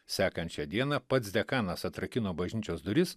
sekančią dieną pats dekanas atrakino bažnyčios duris